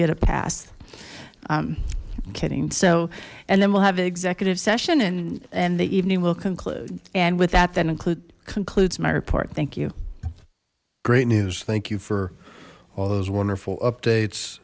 get a pass i'm kidding so and then we'll have an executive session and and the evening will conclude and with that that include concludes my report thank you great news thank you for all those wonderful updates